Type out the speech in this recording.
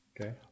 Okay